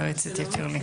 בבקשה, יועצת "יקיר לי".